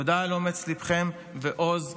תודה על אומץ ליבכם ועוז רוחכם.